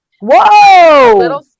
Whoa